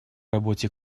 работе